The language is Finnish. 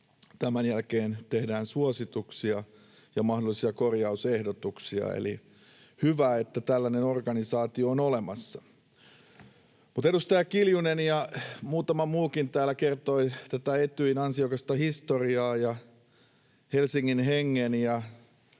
Tämän jälkeen tehdään suosituksia ja mahdollisia korjausehdotuksia. Eli hyvä, että tällainen organisaatio on olemassa. Edustaja Kiljunen ja muutama muukin täällä kertoi Etyjin ansiokkaasta historiasta ja Helsingin hengen